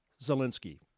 Zelensky